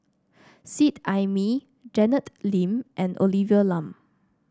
Seet Ai Mee Janet Lim and Olivia Lum